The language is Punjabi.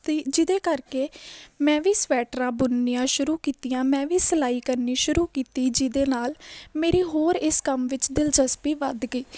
ਅਤੇ ਜਿਹਦੇ ਕਰਕੇ ਮੈਂ ਵੀ ਸਵੈਟਰਾਂ ਬੁਣਨੀਆਂ ਸ਼ੁਰੂ ਕੀਤੀਆਂ ਮੈਂ ਵੀ ਸਿਲਾਈ ਕਰਨੀ ਸ਼ੁਰੂ ਕੀਤੀ ਜਿਹਦੇ ਨਾਲ ਮੇਰੀ ਹੋਰ ਇਸ ਕੰਮ ਵਿੱਚ ਦਿਲਚਸਪੀ ਵੱਧ ਗਈ